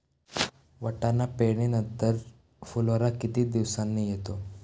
वाटाणा पेरणी नंतर फुलोरा किती दिवसांनी येतो?